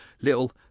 little